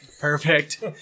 Perfect